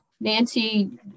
Nancy